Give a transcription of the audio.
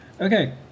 Okay